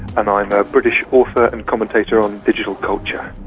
and i'm a british author and commentator on digital culture.